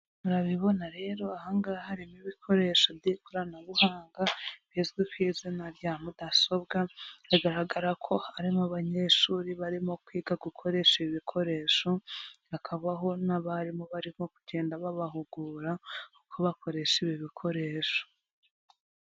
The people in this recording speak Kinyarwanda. Murabibona rero, aha ngaha harimo ibikoresho by'ikoranabuhanga, bizwi ku izina rya mudasobwa, bigaragara ko harimo abanyeshuri barimo kwiga gukoresha ibi bikoresho, hakabaho n'abarimu barimo kugenda babahugura, uko bakoresha ibi bikoresho.